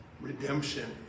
Redemption